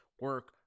Work